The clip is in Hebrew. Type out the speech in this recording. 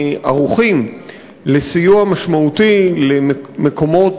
ערוכים לסיוע משמעותי למקומות